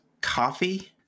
Coffee